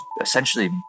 essentially